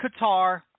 Qatar